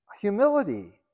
humility